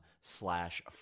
slash